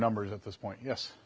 numbers at this point yes